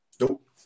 Nope